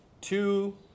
two